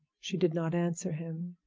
she did not answer him.